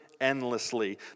Endlessly